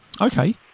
Okay